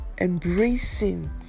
embracing